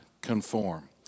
conform